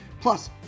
plus